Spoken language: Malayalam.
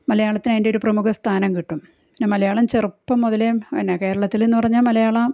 മലയാളത്തിൽ അതിൻ്റെ ഒരു പ്രമുഖ സ്ഥാനം കിട്ടും പിന്നെ മലയാളം ചെറുപ്പം മുതലേ എന്നതാ കേരളത്തിലെന്നു പറഞ്ഞാൽ മലയാളം